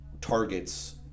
targets